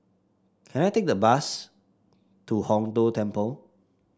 can I take the bus to Hong Tho Temple